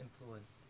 influenced